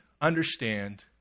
understand